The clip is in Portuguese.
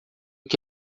que